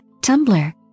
Tumblr